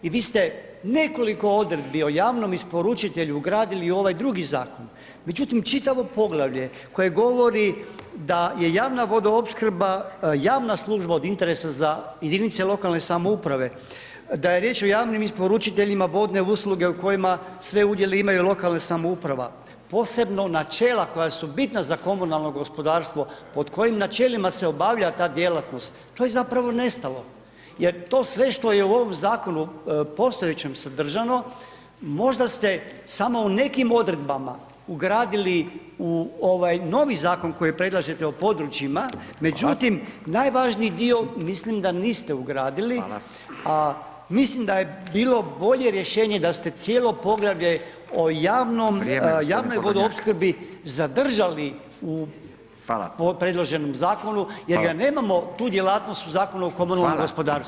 I vi ste nekoliko odredbi o javnom isporučitelju ugradili ovaj drugi zakon međutim čitavo poglavlje koje govori da je javna vodoopskrba, javna služba od interesa za jedinice lokalne samouprave, da je riječ o javnim isporučiteljima vodne usluge u kojima sve udjele imaju lokalna samouprava posebno načela koja su bitna za komunalno gospodarstvo, pod kojim načelima se obavlja ta djelatnost, to je zapravo nestalo jer to sve što je u ovom zakonu postojećem sadržano, možda ste samo u nekim odredbama ugradili u ovaj novi zakon koji predlažete u područjima međutim najvažniji dio mislim da niste ugradili a mislim da je bilo bolje rješenje da ste cijelo poglavlje o javnoj vodoopskrbi zadržali u predloženom zakonu jer ju nemamo tu djelatnost u Zakonu o komunalnom gospodarstvu.